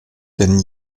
denn